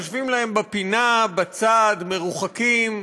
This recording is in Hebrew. יושבים להם בפינה, בצד, מרוחקים.